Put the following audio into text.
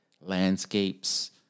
landscapes